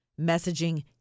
messaging